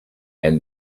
and